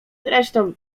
zresztą